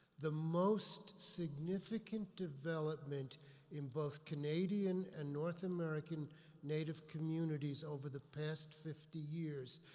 the most significant development in both canadian and north american native communities over the past fifty years,